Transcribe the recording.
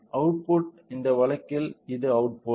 output இந்த வழக்கில் இது அவுட்புட்